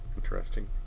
Interesting